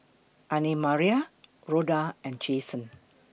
Annemarie Rhoda and Jason